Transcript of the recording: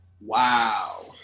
wow